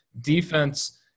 defense